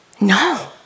no